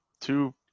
two